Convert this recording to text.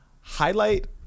highlight